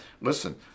Listen